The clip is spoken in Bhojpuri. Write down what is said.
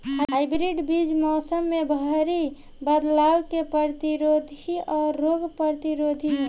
हाइब्रिड बीज मौसम में भारी बदलाव के प्रतिरोधी और रोग प्रतिरोधी ह